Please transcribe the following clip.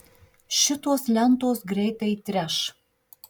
šitos lentos greitai treš